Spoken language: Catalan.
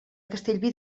castellví